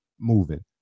moving